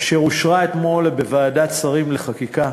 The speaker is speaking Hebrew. אשר אושרה אתמול בוועדת שרים לחקיקה.